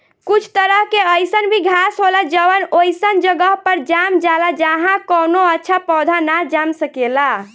कुछ तरह के अईसन भी घास होला जवन ओइसन जगह पर जाम जाला जाहा कवनो अच्छा पौधा ना जाम सकेला